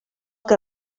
que